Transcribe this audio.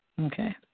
Okay